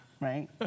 Right